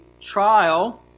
trial